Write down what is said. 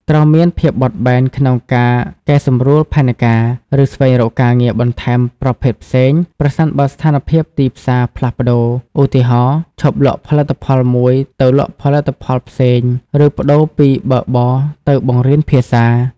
ត្រូវមានភាពបត់បែនក្នុងការកែសម្រួលផែនការ ឬស្វែងរកការងារបន្ថែមប្រភេទផ្សេង ប្រសិនបើស្ថានភាពទីផ្សារផ្លាស់ប្តូរ ឧទាហរណ៍ ឈប់លក់ផលិតផលមួយទៅលក់ផលិតផលផ្សេង ឬប្តូរពីបើកបរទៅបង្រៀនភាសា។